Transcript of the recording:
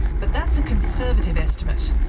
but that's a conservative estimate.